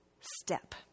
step